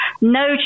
no